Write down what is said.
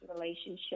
relationship